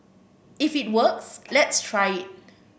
if it works let's try it